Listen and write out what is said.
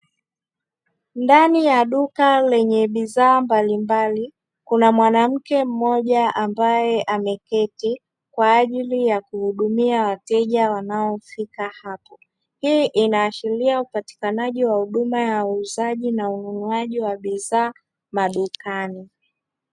Ndani ya duka lenye bidhaa mbali mbali, kuna mwanamke mmoja ambaye ameketu kwa ajili ya kuhudumia wateja wanaofika hapo. Hii inaaahiria huduma ya uuzaji na ununuaji wa bidhaa madukani.